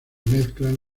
mezclan